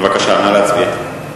בבקשה, נא להצביע.